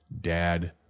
dad